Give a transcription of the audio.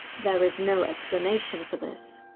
there is no explanation for this.